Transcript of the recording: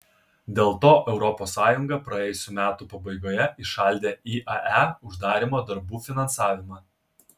dėl to europos sąjunga praėjusių metų pabaigoje įšaldė iae uždarymo darbų finansavimą